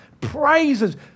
praises